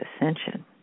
ascension